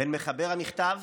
בין מחבר המכתב